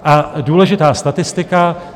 A důležitá statistika.